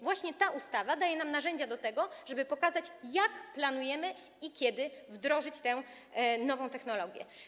Właśnie ta ustawa daje nam narzędzia do tego, żeby pokazać, jak i kiedy planujemy wdrożyć tę nową technologię.